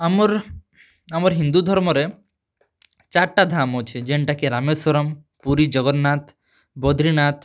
ଆମର୍ ଆମର୍ ହିନ୍ଦୁ ଧର୍ମରେ ଚାର୍'ଟା ଧାମ୍ ଅଛେ ଯେନ୍ଟା କି ରାମେଶ୍ୱରମ୍ ପୁରୀ ଜଗନ୍ନାଥ୍ ବଦ୍ରିନାଥ୍